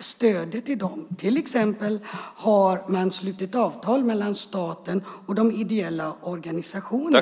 stöden till dem. Man har till exempel slutit avtal mellan staten och de ideella organisationerna.